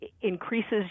increases